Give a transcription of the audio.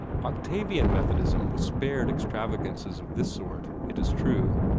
octavian methodism was spared extravagances of this sort, it is true,